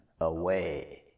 away